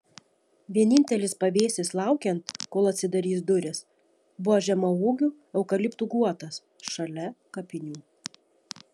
vienintelis pavėsis laukiant kol atsidarys durys buvo žemaūgių eukaliptų guotas šalia kapinių